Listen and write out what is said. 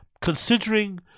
considering